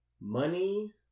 Money